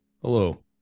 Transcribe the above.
Hello